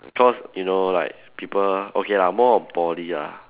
cause you know like people okay lah more on Poly lah